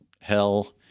Hell